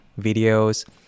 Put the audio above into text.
videos